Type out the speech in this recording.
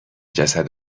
جسد